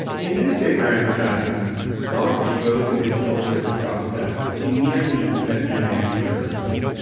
in newspaper advertisements, saunders wrote of his self-service concept in nearly messianic terms.